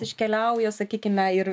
iškeliauja sakykime ir